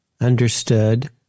understood